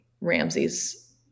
Ramsey's